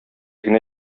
генә